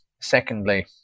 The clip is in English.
Secondly